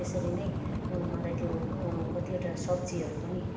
त्यसरी नै मलाई त्यो कतिवटा सब्जीहरू पनि